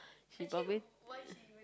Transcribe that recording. she probably